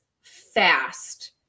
fast